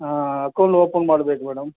ಹಾಂ account open ಮಾಡ್ಬೇಕು madam